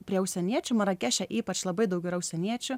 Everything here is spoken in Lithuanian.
prie užsieniečių marakeše ypač labai daug yra užsieniečių